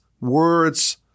words